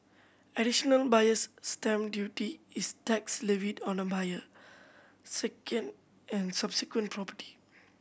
Additional Buyer's Stamp Duty is tax levied on a buyer second and subsequent property